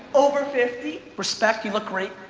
over fifty. respect, you look great.